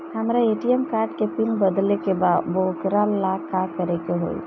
हमरा ATM card के PIN बदले के बा वोकरा ला का करे के होई?